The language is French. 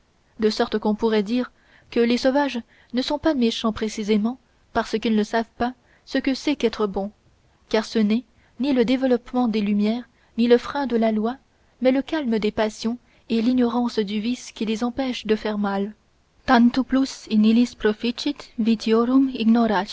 de sorte qu'on pourrait dire que les sauvages ne sont pas méchants précisément parce qu'ils ne savent pas ce que c'est qu'être bons car ce n'est ni le développement des lumières ni le frein de la loi mais le calme des passions et l'ignorance du vice qui les empêche de mal